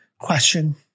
question